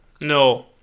No